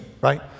right